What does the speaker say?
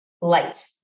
light